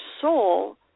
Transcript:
soul